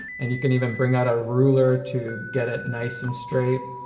and you can even bring out a ruler to get it nice and straight.